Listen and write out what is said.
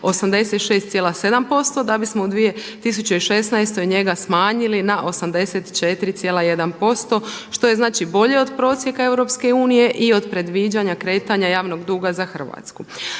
86,7% da bismo u 2016. njega smanjili na 84,1% što je znači bolje od prosjeka EU i od predviđanja kretanja javnog duga za Hrvatsku.